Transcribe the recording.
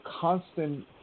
constant